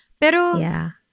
Pero